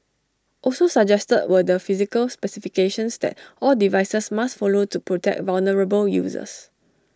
also suggested were the physical specifications that all devices must follow to protect vulnerable users